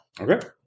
Okay